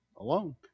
Alone